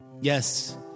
Yes